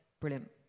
Brilliant